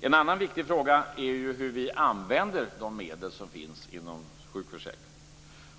En annan viktig fråga är hur vi använder de medel som finns inom sjukförsäkringen.